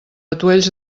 atuells